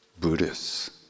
Buddhists